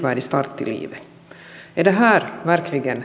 är det här verkligen rätt